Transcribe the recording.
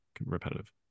repetitive